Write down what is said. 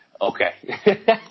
okay